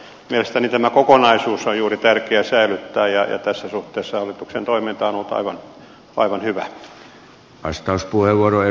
mielestäni tämä kokonaisuus on juuri tärkeä säilyttää ja tässä suhteessa hallituksen toiminta on ollut aivan hyvä